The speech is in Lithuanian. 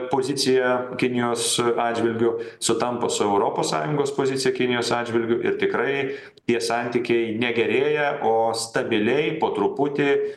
pozicija kinijos atžvilgiu sutampa su europos sąjungos pozicija kinijos atžvilgiu ir tikrai tie santykiai ne gerėja o stabiliai po truputį